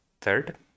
Third